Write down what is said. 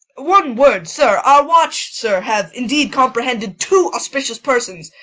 one word, sir our watch, sir, hath indeed comprehended two aspicious persons,